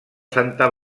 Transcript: santa